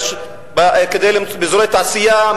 באזורי תעשייה,